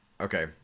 Okay